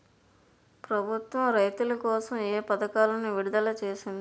ప్రభుత్వం రైతుల కోసం ఏ పథకాలను విడుదల చేసింది?